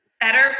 better